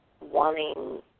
wanting